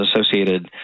associated